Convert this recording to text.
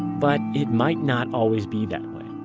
but it might not always be that way.